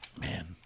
man